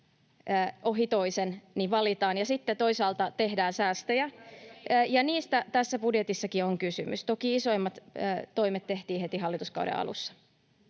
ohi toisen, ja sitten toisaalta tehdään säästöjä, ja niistä tässä budjetissakin on kysymys. Toki isoimmat toimet tehtiin heti hallituskauden alussa.